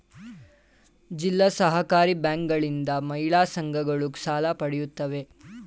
ಜಿಲ್ಲಾ ಸಹಕಾರಿ ಬ್ಯಾಂಕುಗಳಿಂದ ಮಹಿಳಾ ಸಂಘಗಳು ಸಾಲ ಪಡೆಯುತ್ತವೆ